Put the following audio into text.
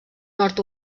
nord